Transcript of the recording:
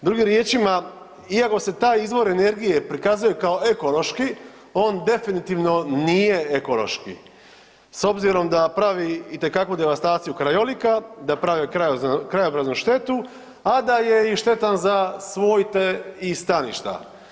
Drugim riječima iako se taj izvor energije prikazuje kao ekološki, on definitivno nije ekološki s obzirom da pravi itekakvu devastaciju krajolika, da pravi krajobraznu štetu, a da je i štetan za svojte i staništa.